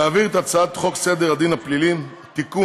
להעביר את הצעת חוק סדר הדין הפלילי (תיקון,